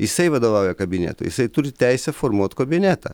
jisai vadovauja kabinetui jisai turi teisę formuoti kabinetą